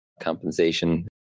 compensation